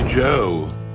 Joe